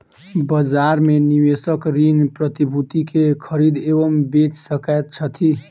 बजार में निवेशक ऋण प्रतिभूति के खरीद एवं बेच सकैत छथि